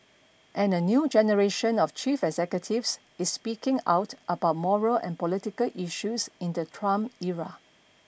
and a new generation of chief executives is speaking out about moral and political issues in the Trump era